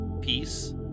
peace